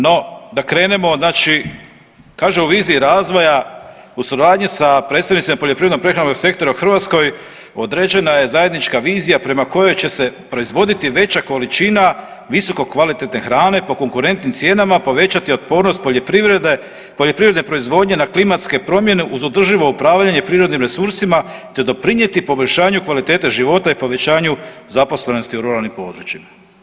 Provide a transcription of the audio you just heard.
No, da krenemo od znači, kaže u viziji razvoja u suradnji sa predstavnicima poljoprivrednog sektora u Hrvatskoj određena je zajednička vizija prema kojoj će se proizvodi veća količina visokokvalitetne hrane po konkurentnim cijenama, povećati otpornost poljoprivrede, poljoprivredne proizvodnje na klimatske promjene uz održivo upravljanje prirodnim resursima te doprinijeti poboljšanju kvalitete života i povećanju zaposlenosti u ruralnim područjima.